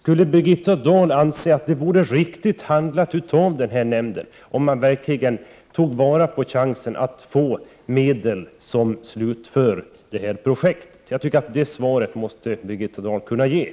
Anser Birgitta Dahl att det vore riktigt handlat av energiverkets utvecklingsnämnd, om den verkligen tog vara på chansen att ställa medel till förfogande för slutförande av detta projekt? Jag tycker att Birgitta Dahl här måste kunna ge ett svar på den frågan.